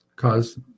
cause